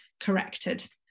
corrected